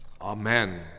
Amen